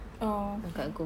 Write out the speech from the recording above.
oh okay